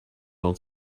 don’t